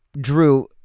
drew